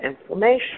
inflammation